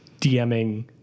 dming